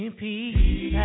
peace